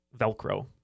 Velcro